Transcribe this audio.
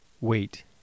wait